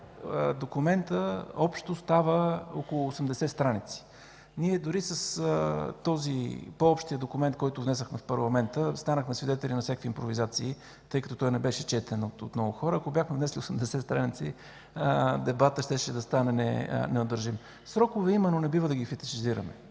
документът общо става около 80 страници. Ние дори с този по-общ документ, който внесохме в парламента, станахме свидетели на всякакви импровизации, тъй като той не беше четен от много хора. Ако бяхме внесли 80 страници, дебатът щеше да стане неудържим. Срокове има, но не бива да ги фетишизираме.